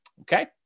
okay